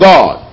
God